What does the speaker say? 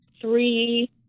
three